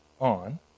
on